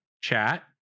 chat